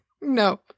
No